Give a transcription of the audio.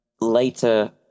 later